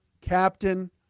captain